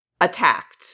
attacked